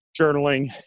journaling